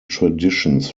traditions